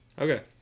okay